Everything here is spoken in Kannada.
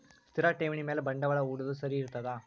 ಸ್ಥಿರ ಠೇವಣಿ ಮ್ಯಾಲೆ ಬಂಡವಾಳಾ ಹೂಡೋದು ಸರಿ ಇರ್ತದಾ?